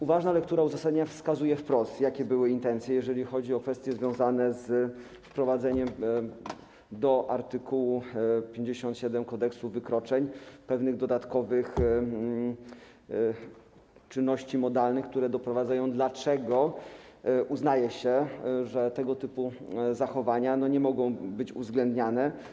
Uważna lektura uzasadnienia wskazuje wprost, jakie były intencje, jeżeli chodzi o kwestie związane z wprowadzeniem do art. 57 Kodeksu wykroczeń pewnych dodatkowych czynności modalnych, które naprowadzają na to, dlaczego uznaje się, że tego typu zachowania nie mogą być uwzględniane.